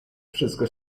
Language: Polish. wszystko